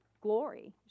glory